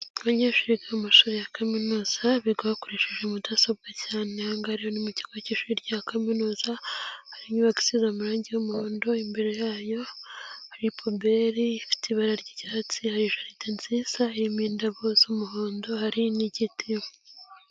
Abanyeshuri biga mu mashuri ya kaminuza, biga bakoresheje mudasobwa cyane. Aha ngaha rero ni mu kigo cy'ishuri rya kaminuza, hari inyubako isize amarangi y'umuhondo, imbere yayo hari pubeli ifite ibara ry'icyatsi , hari jaride nziza irimo indabo z'umuhondo, hari n'igiti.